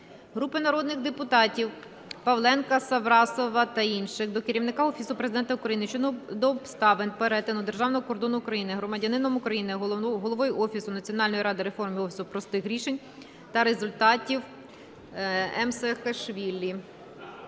Групи народних депутатів (Павленка, Саврасова та інших) до Керівника Офісу Президента України щодо обставин перетину державного кордону України громадянином України, головою Офісу Національної ради реформ і Офісу простих рішень та результатів М. Саакашвілі.